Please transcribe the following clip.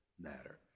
matter